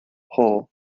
haw